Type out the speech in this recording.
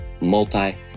multi